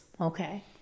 Okay